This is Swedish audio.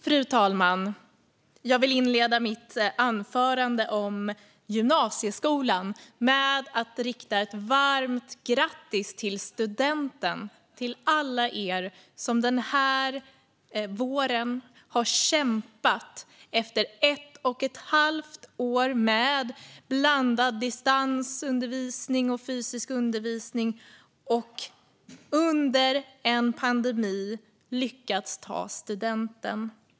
Fru talman! Jag vill inleda mitt anförande om gymnasieskolan med att rikta ett varmt grattis till studenten till alla er som har kämpat under ett och ett halvt år med blandad distansundervisning och fysisk undervisning och som under en pandemi lyckats ta studenten.